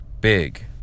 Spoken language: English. Big